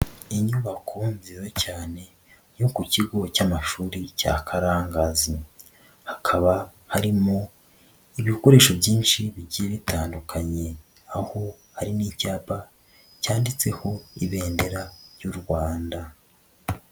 Inyubako nziza cyane yo ku kigo cy'amashuri cya Karangazi. Hakaba harimo ibikoresho byinshi bigiye bitandukanye, aho ari n'icyapa cyanditseho ibendera ry'u Rwanda.